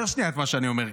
תאשר שנייה את מה שאני אומר.